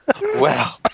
wow